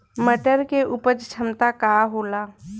मटर के उपज क्षमता का होला?